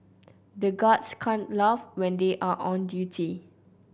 the guards can't laugh when they are on duty